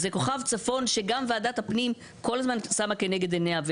זה כוכב צפון שוועדת הפנים כל הזמן שמה כנגד עיניה,